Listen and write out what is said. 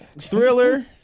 Thriller